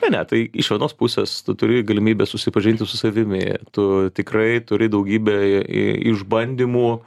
ne ne tai iš vienos pusės tu turi galimybę susipažinti su savimi tu tikrai turi daugybę i išbandymų